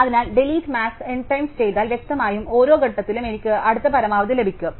അതിനാൽ delete max n times ചെയ്താൽ വ്യക്തമായും ഓരോ ഘട്ടത്തിലും എനിക്ക് അടുത്ത പരമാവധി ലഭിക്കും